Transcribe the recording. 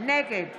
נגד